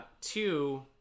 Two